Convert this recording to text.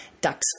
ducks